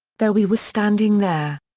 there we were standing there.